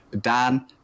Dan